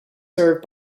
served